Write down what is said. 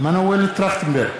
מנואל טרכטנברג,